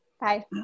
Bye